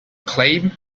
claim